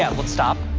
yeah let's stop.